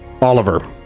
Oliver